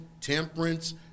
temperance